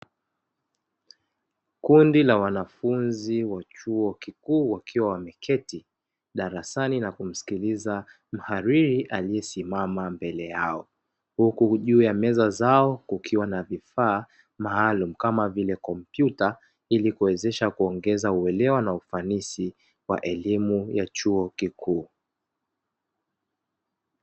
Kundi la wanafunzi wa chuo kikuu wakiwa wameketi darasani na kumsikiliza mhariri aliyesimama mbele yao, huku juu ya meza zao kukiwa na vifaa maalumu kama vile kompyuta ili kuwezesha kuongeza uelewa na ufanisi wa elimu ya chuo kikuu.